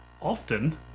often